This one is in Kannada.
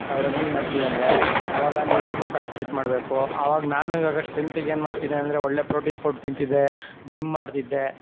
ನಾವು ರನ್ನಿಂಗ್ ಮಾಡ್ತೀವಿ ಅಂದರೆ ಅವಾಗ ನೀವು ತುಂಬ ಪ್ರಾಕ್ಟೀಸ್ ಮಾಡಬೇಕು ಆವಾಗ ನಾನು ಇವಾಗ ಸ್ಟ್ರೆಂತಿಗೆ ಏನು ಮಾಡ್ತೀನಿ ಅಂದರೆ ಒಳ್ಳೆಯ ಪ್ರೋಟಿನ್ ಫುಡ್ ತಿನ್ನುತ್ತಿದ್ದೆ ಜಿಮ್ ಮಾಡ್ತಿದ್ದೆ